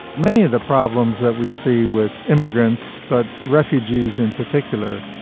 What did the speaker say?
many of the problems that we see with immigrants, but refugees in particular,